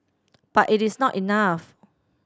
but it is not enough